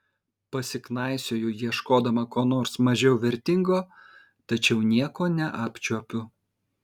pasiknaisioju ieškodama ko nors mažiau vertingo tačiau nieko neapčiuopiu